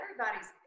everybody's